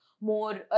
more